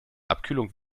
abkühlung